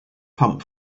pumped